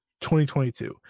2022